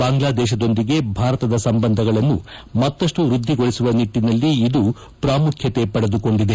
ಬಾಂಗ್ಲಾದೇಶದೊಂದಿಗೆ ಭಾರತದ ಸಂಬಂಧಗಳನ್ನು ಮತ್ತಷ್ಟು ವೃದ್ಧಿಗೊಳಿಸುವ ನಿಟ್ಟನಲ್ಲಿ ಇದು ಪ್ರಾಮುಖ್ಯತೆ ಪಡೆದುಕೊಂಡಿದೆ